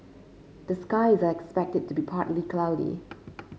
the skies are expected to be partly cloudy